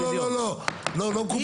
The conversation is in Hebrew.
לא מקובל עלי.